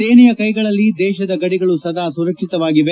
ಸೇನೆಯ ಕೈಗಳಲ್ಲಿ ದೇಶದ ಗಡಿಗಳು ಸದಾ ಸುರಕ್ಷಿತವಾಗಿವೆ